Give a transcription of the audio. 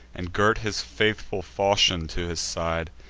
and girt his faithful fauchion to his side.